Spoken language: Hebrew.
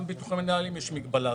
גם ביטוחי מנהלים יש מגבלה,